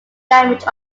damage